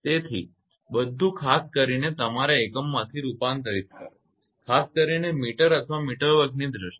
તેથી બધું ખાસ કરીને તમારા એકમથી રૂપાંતરિત કરો ખાસ કરીને મીટર અથવા મીટર વર્ગની દ્રષ્ટિએ